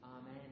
amen